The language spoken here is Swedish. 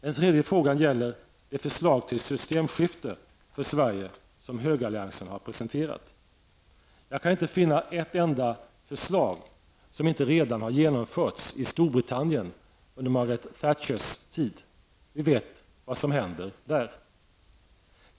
Den tredje frågan gäller det förslag till systemskifte för Sverige som högeralliansen har presenterat. Jag kan inte finna ett enda förslag som inte redan har genomförts i Storbritannien under Margaret Thatchers tid. Vi vet vad som händer där.